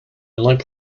like